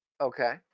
Okay